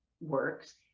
works